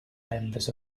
members